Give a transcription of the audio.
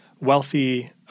wealthy